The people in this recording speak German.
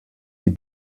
die